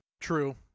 True